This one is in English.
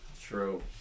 True